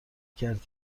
کرد